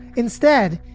instead,